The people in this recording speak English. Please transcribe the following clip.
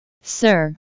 sir